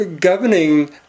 governing